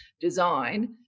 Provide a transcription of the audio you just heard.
design